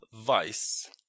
vice